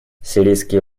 сирийские